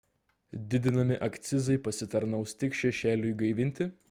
didinami akcizai pasitarnaus tik šešėliui gaivinti